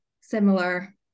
similar